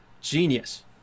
genius